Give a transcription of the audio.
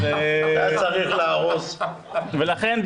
ולכן,